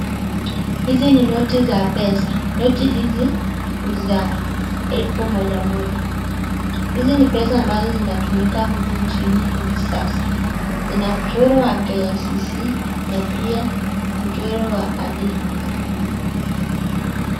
Hizi ni noti za pesa. Noti hizi za elfu moja moja, hizi ni pesa ambazo zinatumika humu nchini hivi sasa. Zinamchoro wa KICC na pia mchoro wa ali.